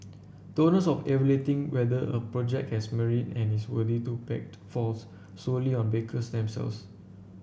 the onus of evaluating whether a project has merit and is worthy to be backed falls solely on backers themselves